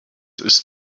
ist